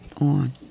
on